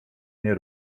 nie